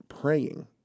praying